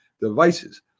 devices